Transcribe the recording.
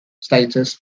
status